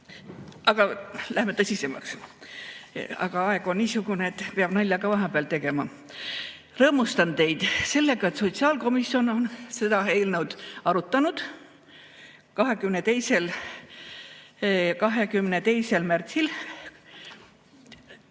Aga läheme tõsisemaks, kuigi aeg on niisugune, et peab nalja ka vahepeal tegema. Rõõmustan teid sellega, et sotsiaalkomisjon on seda eelnõu arutanud 22. märtsil